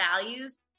values